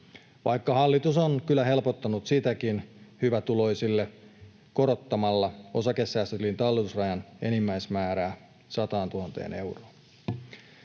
vaikka hallitus on kyllä helpottanut sitäkin hyvätuloisille korottamalla osakesäästötilin talletusrajan enimmäismäärää 100 000 euroon.